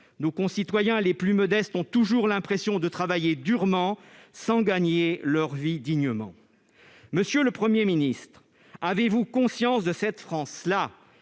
Nos concitoyens les plus modestes ont toujours l'impression de travailler durement sans gagner leur vie dignement. Monsieur le Premier ministre, avez-vous conscience de cette France-là,